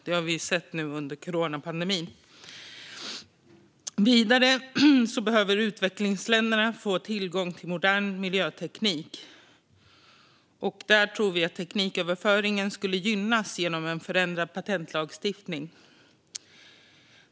Det har vi sett nu under coronapandemin. Vidare behöver utvecklingsländerna få tillgång till modern miljöteknik. Där tror vi att tekniköverföringen skulle gynnas genom en förändrad patentlagstiftning.